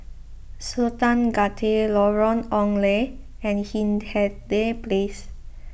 Sultan Gate Lorong Ong Lye and Hindhede Place